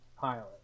pilot